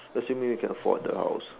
assuming if you can afford the house